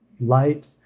light